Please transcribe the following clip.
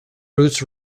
roots